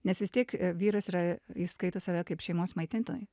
nes vis tiek vyras yra jis skaito save kaip šeimos maitintoju